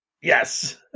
yes